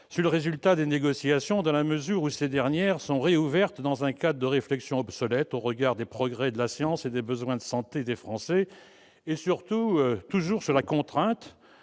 sur le résultat des négociations, dans la mesure où ces dernières sont rouvertes dans un cadre de réflexion obsolète, au regard des progrès de la science et des besoins de santé des Français, et, surtout, toujours sous la contrainte